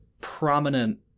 prominent